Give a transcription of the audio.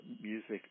music